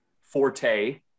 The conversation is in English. forte